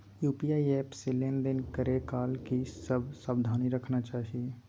UPI app से लेन देन करै काल की सब सावधानी राखना चाही?